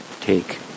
take